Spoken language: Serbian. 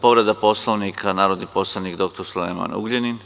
Povreda Poslovnika, narodni poslanik dr Sulejman Ugljanin.